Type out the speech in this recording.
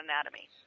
Anatomy